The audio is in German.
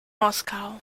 moskau